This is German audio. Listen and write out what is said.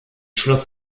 schloss